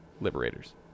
liberators